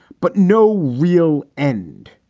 but no real end,